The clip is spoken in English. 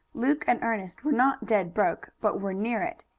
luke and ernest were not dead broke, but were near it.